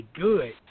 good